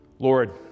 Lord